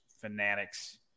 fanatics